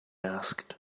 asked